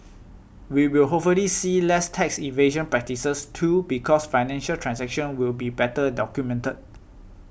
we will hopefully see less tax evasion practices too because financial transactions will be better documented